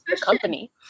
company